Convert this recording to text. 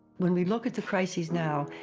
when we look at the crisis now,